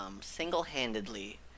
single-handedly